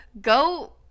Go